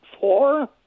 Four